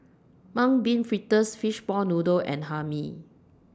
Mung Bean Fritters Fishball Noodle and Hae Mee